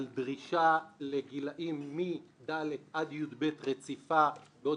על דרישה לגילאי כיתות דל"ת עד י"ב רציפה בעוד